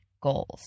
goals